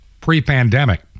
Pre-pandemic